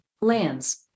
lands